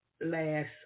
last